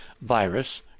virus